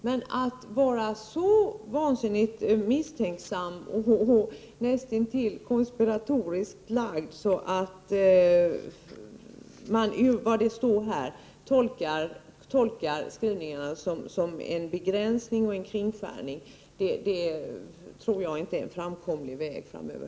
Men att vara så vansinnigt misstänksam och näst intill konspiratoriskt lagd att man tolkar den skrivning som föreligger här som en begränsning och en kringskärning tror jag inte är en framkomlig väg framöver.